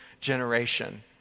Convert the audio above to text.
generation